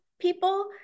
people